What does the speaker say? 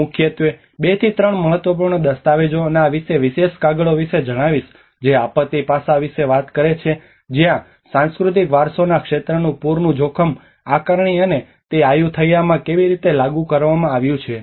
હું મુખ્યત્વે બેથી ત્રણ મહત્વપૂર્ણ દસ્તાવેજો અને આ વિશેષ કાગળો વિશે જણાવીશ જે આ આપત્તિ પાસા વિશે વાત કરે છે જ્યાં સાંસ્કૃતિક વારસોના ક્ષેત્રમાં પૂરનું જોખમ આકારણી અને તે આયુથૈયામાં કેવી રીતે લાગુ કરવામાં આવ્યું છે